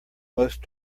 most